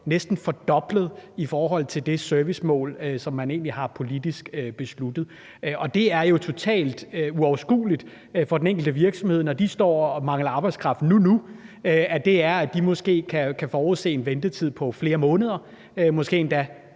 næsten fordoblet i forhold til det servicemål, som man egentlig har besluttet politisk. Det er jo totalt uoverskueligt for den enkelte virksomhed, når de står og mangler arbejdskraft nu, at de måske kan forudse en ventetid på flere måneder og måske endda